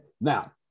Now